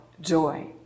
joy